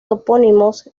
topónimos